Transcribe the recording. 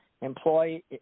employee